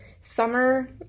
summer